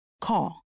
Call